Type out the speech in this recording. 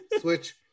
Switch